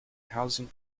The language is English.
housing